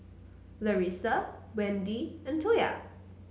Larissa Wendi and Toya